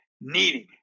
needing